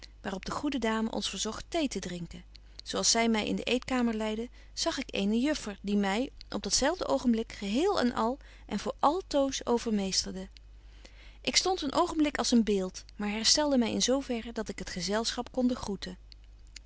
op de goede dame ons verzogt thee te drinken zo als zy my in de eetkamer leidde zag ik eene juffer die my op dat zelfde oogenblik geheel en al en voor altoos overmeesterde ik stond een oogenblik als een beeld maar herstelde my in zo verre dat ik het gezelschap konde groeten